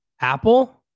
Apple